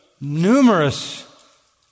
numerous